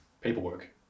paperwork